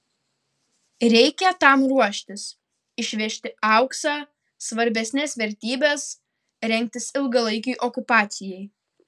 reikia tam ruoštis išvežti auksą svarbesnes vertybes rengtis ilgalaikei okupacijai